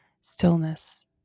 stillness